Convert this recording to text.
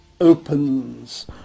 opens